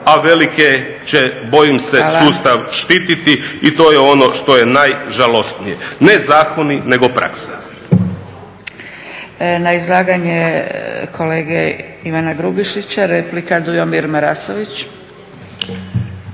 a velike će bojim se sustav štititi i to je ono što je najžalosnije. Ne zakoni nego praksa. **Zgrebec, Dragica (SDP)** Hvala. Na izlaganje kolege Ivana Grubišića replika Dujomir Marasović.